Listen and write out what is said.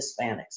Hispanics